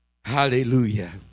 Hallelujah